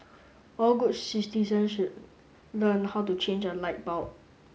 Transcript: all good citizens should learn how to change a light bulb